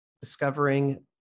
discovering